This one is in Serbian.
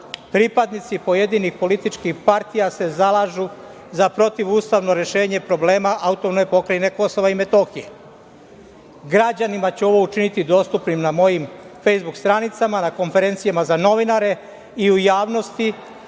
pripadnici pojedinih političkih partija se zalažu za protivustavno rešenje problema AP Kosova i Metohije. Građanima ću učiniti ovo dostupnim na mojim fejsbuk stranicama, na konferencijama za novinare i u javnosti,